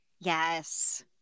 yes